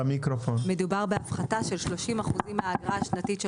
מדובר בהפחתה של 30 אחוזים מהאגרה השנתית של